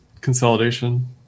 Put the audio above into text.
consolidation